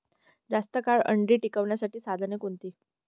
जास्त काळ अंडी टिकवण्यासाठी साधने कोणती?